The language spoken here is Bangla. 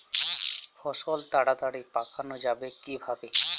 ফসল তাড়াতাড়ি পাকানো যাবে কিভাবে?